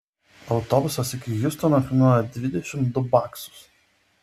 autobusas iki hjustono kainuoja dvidešimt du baksus